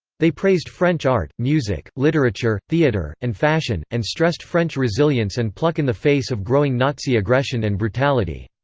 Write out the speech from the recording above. they praised french art, music, literature, theater, and fashion, and stressed french resilience and pluck in the face of growing nazi aggression and brutality.